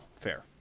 Fair